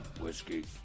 whiskey